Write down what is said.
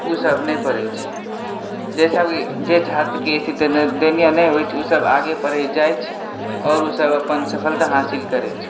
ओसब नहि पढ़ै अछि जे सब जे छात्रके स्थिति दयनीय नहि होइ अछि ओसब आगे पढ़ै जाइ अछि आओर ओ सब अपन सफलता हासिल करै अछि